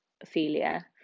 Ophelia